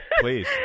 please